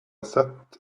sat